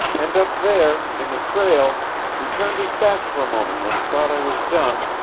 and up there in the trail he turned his back for a moment, when he thought i was done,